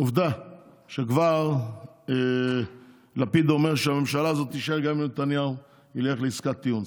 עובדה שכבר לפיד אומר שהממשלה הזאת תישאר גם אם נתניהו ילך לעסקת טיעון,